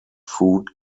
food